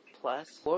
Plus